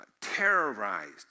terrorized